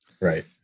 Right